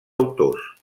autors